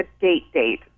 date-date